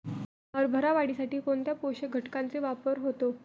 हरभरा वाढीसाठी कोणत्या पोषक घटकांचे वापर होतो?